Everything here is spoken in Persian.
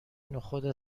نخود